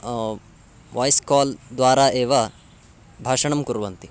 वाय्स् call द्वारा एव भाषणं कुर्वन्ति